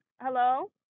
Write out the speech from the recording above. Hello